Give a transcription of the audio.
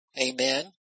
Amen